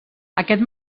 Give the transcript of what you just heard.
aquest